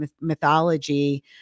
mythology